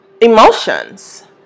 emotions